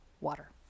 water